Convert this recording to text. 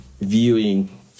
viewing